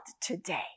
today